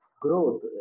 growth